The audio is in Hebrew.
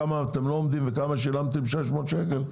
כמה אתם לא עומדים וכמה שילמתם 600 שקל?